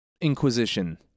Inquisition